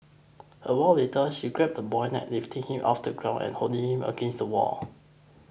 a while later she grabbed the boy's neck lifting him off the ground and holding him up against the wall